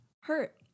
hurt